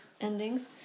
endings